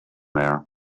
there